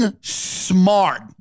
smart